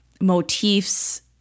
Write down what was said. motifs